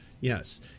Yes